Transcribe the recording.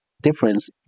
difference